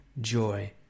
joy